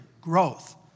growth